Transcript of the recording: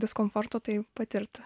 diskomforto tai patirtų